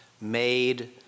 made